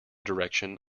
direction